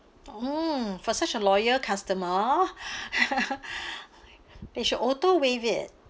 oh for such a loyal customer they should auto waive it